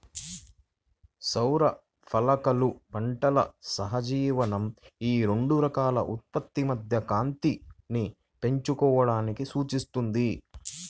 సౌర ఫలకాలు పంటల సహజీవనం ఈ రెండు రకాల ఉత్పత్తి మధ్య కాంతిని పంచుకోవడాన్ని సూచిస్తుంది